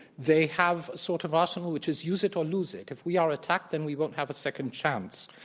they have sort of arsenal which is use it or lose it. if we are attacked then we won't have a second chance.